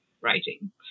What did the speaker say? writing